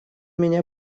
меня